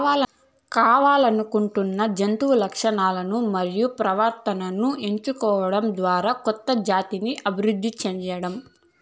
కావల్లనుకున్న జంతు లక్షణాలను మరియు ప్రవర్తనను ఎంచుకోవడం ద్వారా కొత్త జాతిని అభివృద్ది చేయడం